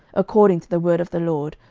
according to the word of the lord,